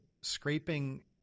scraping